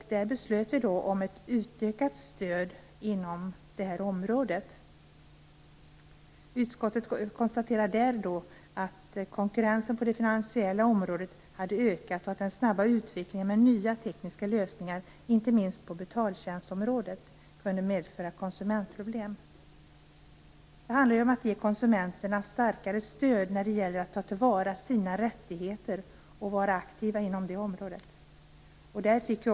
Riksdagen beslutade då om ett utökat stöd inom det här området. Utskottet konstaterade att konkurrensen på det finansiella området hade ökat och att den snabba utvecklingen med nya tekniska lösningar, inte minst på betaltjänstområdet, kunde medföra konsumentproblem. Det handlar om att ge konsumenterna ett starkare stöd i fråga om att ta till vara sina rättigheter och att vara aktiva på det området.